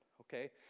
Okay